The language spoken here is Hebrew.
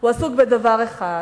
בו הוא דבר אחד,